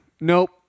Nope